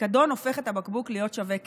הפיקדון הופך את הבקבוק להיות שווה כסף.